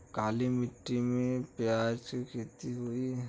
काली माटी में प्याज के खेती होई?